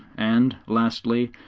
and, lastly,